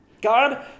God